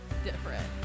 Different